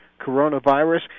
coronavirus